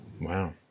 Wow